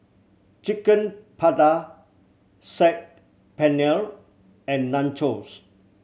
Chicken Saag Paneer and Nachos